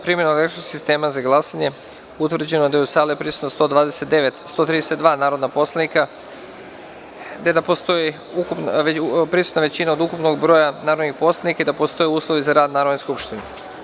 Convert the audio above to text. primenom elektronskog sistema za glasanje utvrđeno da su u saliprisutna 132 narodna poslanika, te da postoji prisutna većina od ukupnog broja narodnih poslanika i da postoje uslovi za rad Narodne skupštine.